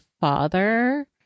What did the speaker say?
father